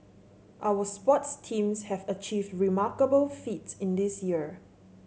our sports teams have achieved remarkable feats in this year